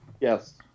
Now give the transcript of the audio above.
Yes